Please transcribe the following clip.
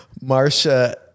Marcia